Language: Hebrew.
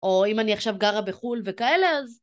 או אם אני עכשיו גרה בחו"ל וכאלה אז...